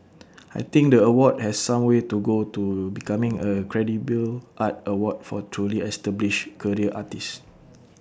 I think the award has some way to go to becoming A credible art award for truly established career artists